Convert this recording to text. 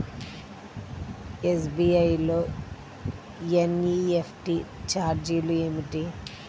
SBI లో NEFT ఛార్జీలు ఏమిటి?